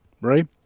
Right